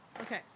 Okay